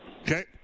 Okay